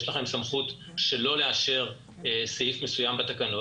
יש לכם סמכות שלא לאשר סעיף מסוים בתקנות